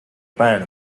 ban